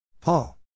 Paul